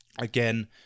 again